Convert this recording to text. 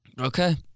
Okay